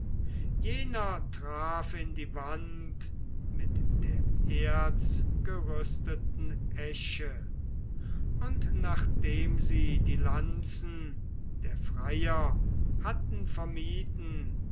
jener traf in die wand mit der erzgerüsteten esche und nachdem sie die lanzen der freier hatten vermieden